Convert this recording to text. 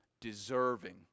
deserving